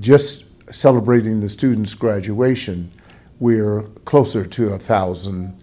just celebrating the students graduation we are closer to a thousand